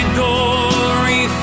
glory